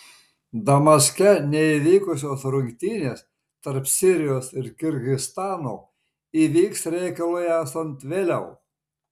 damaske neįvykusios rungtynės tarp sirijos ir kirgizstano įvyks reikalui esant vėliau